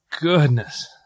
goodness